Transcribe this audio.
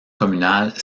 communal